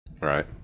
Right